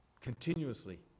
Continuously